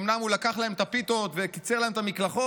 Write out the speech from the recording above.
אומנם הוא לקח להם את הפיתות וקיצר להם את המקלחות,